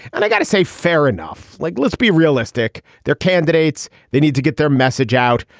and i've got to say fair enough. like let's be realistic. they're candidates they need to get their message out.